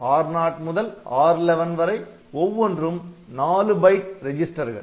R0 R11 ஒவ்வொன்றும் 4 byte ரெஜிஸ்டர்கள்